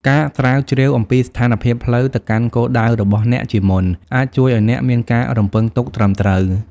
ការស្រាវជ្រាវអំពីស្ថានភាពផ្លូវទៅកាន់គោលដៅរបស់អ្នកជាមុន អាចជួយឱ្យអ្នកមានការរំពឹងទុកត្រឹមត្រូវ។